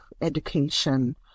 education